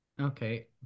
Okay